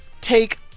take